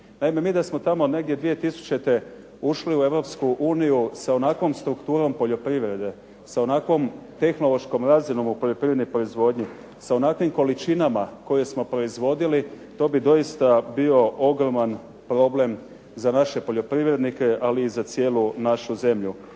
Naime, mi da smo tamo negdje 2000. ušli u Europsku uniju sa onakvom strukturom poljoprivrede, sa onakvom tehnološkom razinom u poljoprivrednoj proizvodnji, sa onakvim količinama koje smo proizvodili, to bi doista bio ogroman problem za naše poljoprivrednike, ali i za cijelu našu zemlju.